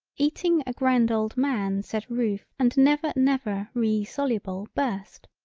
eating a grand old man said roof and never never re soluble burst,